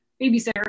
babysitter